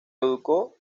educó